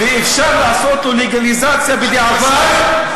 ואפשר לעשות לו לגליזציה בדיעבד,